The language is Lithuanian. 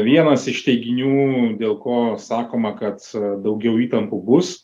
vienas iš teiginių dėl ko sakoma kad daugiau įtampų bus